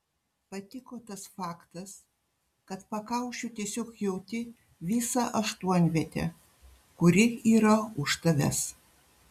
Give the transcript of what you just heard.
patiko tas faktas kad pakaušiu tiesiog jauti visą aštuonvietę kuri yra už tavęs